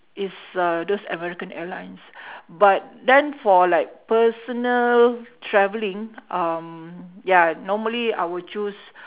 is uh those American airlines but then for like personal travelling um ya normally I would choose